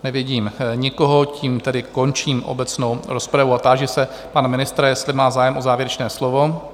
Nevidím nikoho, tím tedy končím obecnou rozpravu a táži se pana ministra, jestli má zájem o závěrečné slovo?